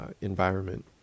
environment